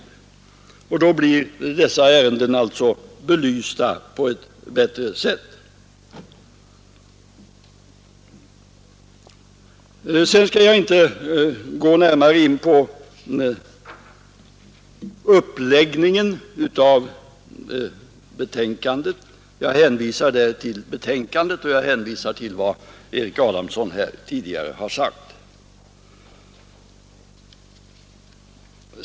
På det sättet blir dessa ärenden alltså bättre belysta. Jag skall inte gå närmare in på betänkandets uppläggning utan hänvisar till betänkandet och till vad Erik Adamsson tidigare har sagt.